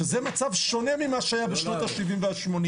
שזה מצב שונה ממה שהיה בשנות ה-70-80,